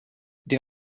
din